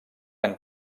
han